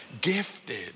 Gifted